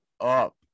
up